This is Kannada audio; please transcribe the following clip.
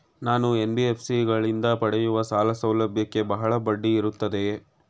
ನಾನು ಎನ್.ಬಿ.ಎಫ್.ಸಿ ಗಳಿಂದ ಪಡೆಯುವ ಸಾಲ ಸೌಲಭ್ಯಕ್ಕೆ ಬಹಳ ಬಡ್ಡಿ ಇರುತ್ತದೆಯೇ?